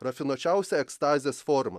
rafinuočiausia ekstazės forma